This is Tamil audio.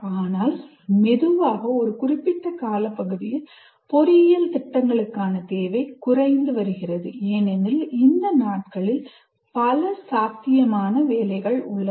ஆனால் மெதுவாக ஒரு குறிப்பிட்ட காலப்பகுதியில் பொறியியல் திட்டங்களுக்கான தேவை குறைந்து வருகிறது ஏனெனில் இந்த நாட்களில் பல சாத்தியமான வேலைகள் உள்ளன